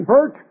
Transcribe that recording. Bert